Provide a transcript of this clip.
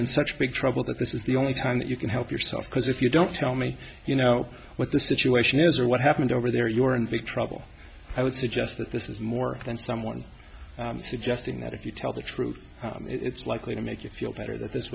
in such big trouble that this is the only time that you can help yourself because if you don't tell me you know what the situation is or what happened over there you're in big trouble i would suggest that this is more than someone suggesting that if you tell the truth it's likely to make you feel better that this